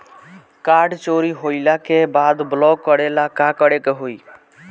Card चोरी होइला के बाद ब्लॉक करेला का करे के होई?